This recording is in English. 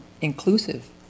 inclusive